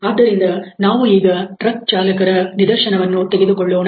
ಆದ್ದರಿಂದ ನಾವು ಈಗ ಟ್ರಕ್ ಚಾಲಕರ ನಿದರ್ಶನವನ್ನು ತೆಗೆದುಕೊಳ್ಳೋಣ